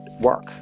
work